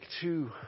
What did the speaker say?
two